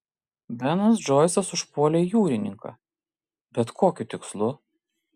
benas džoisas užpuolė jūrininką bet kokiu tikslu